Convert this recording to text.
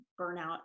burnout